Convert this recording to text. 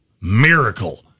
miracle